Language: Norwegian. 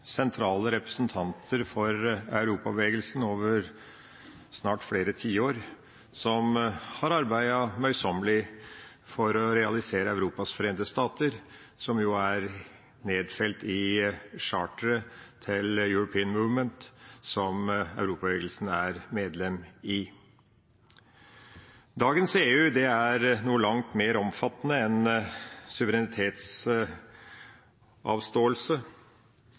sentrale representanter for Europabevegelsen over snart flere tiår, som har arbeidet møysommelig for å realisere Europas forente stater, som jo er nedfelt i charteret til European Movement, som Europabevegelsen er medlem i. Dagens EU er noe langt mer omfattende enn suverenitetsavståelse